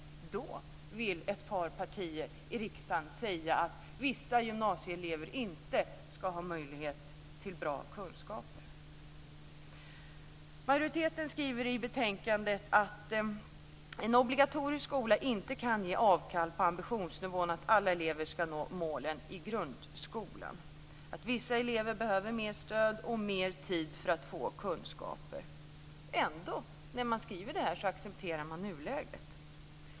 I det läget vill ett par partier i riksdagen säga att vissa gymnasieelever inte ska ha möjlighet till bra kunskaper. Majoriteten skriver i betänkandet att en obligatorisk skola inte kan ge avkall på ambitionsnivån, att alla elever ska nå målen i grundskolan och att vissa elever behöver mer stöd och mer tid för att få kunskaper. När man skriver det här accepterar man ändå nuläget.